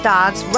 Dogs